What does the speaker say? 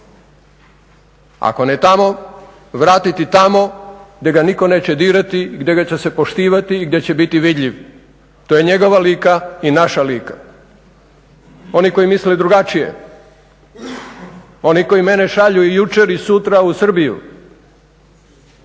Ako ne tamo, vratiti tamo gdje ga nitko neće dirati, gdje će ga se poštivati i gdje će biti vidljiv. To je njegova Lika i naša Lika. Oni koji misle drugačije, oni koji mene šalju i jučer i sutra u Srbiju